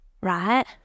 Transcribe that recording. right